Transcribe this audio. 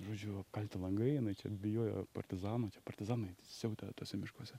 žodžiu apkalti langai jinai čia bijojo partizanų čia partizanai siautė tuose miškuose